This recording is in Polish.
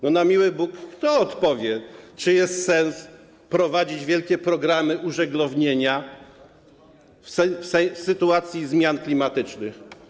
Na miły Bóg, kto odpowie, czy jest sens prowadzić wielkie programy użeglownienia w sytuacji zmian klimatycznych?